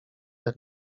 jak